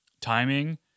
timing